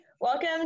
welcome